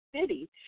city